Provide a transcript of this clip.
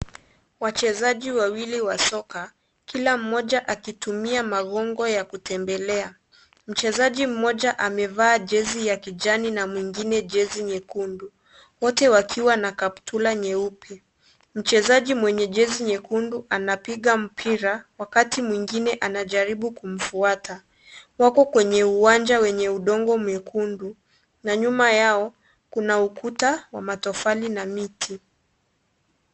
Wachezaji wawili wa soka, kila mmoja akitumia magongo ya kutembelea. Mchezaji mmoja amevaa jezi ya kijani na mwengine jezi nyekundu, wote wakiwa na kaptura nyeupe. Mchezaji mwenye jezi nyekundu anapiga mpira wakati mwengine anajaribu kumfuata. Wako kwenye uwanja wenye udongo mwekundu na nyuma yao kuna ukuta wa matofali na miti.